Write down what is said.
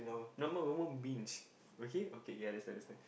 normal human beings okay okay ya understand understand